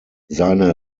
seine